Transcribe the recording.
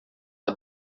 are